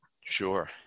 Sure